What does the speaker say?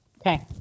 Okay